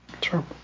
True